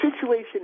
situation